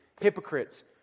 Hypocrites